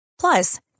Plus